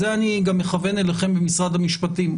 את זה אני גם מכוון אליכם במשרד המשפטים.